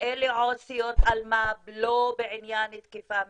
ואלה עו"סיות אלמ"ב, לא בעניין תקיפה מינית,